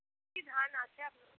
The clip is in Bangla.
কী ধান আছে আপনার